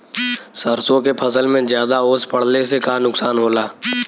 सरसों के फसल मे ज्यादा ओस पड़ले से का नुकसान होला?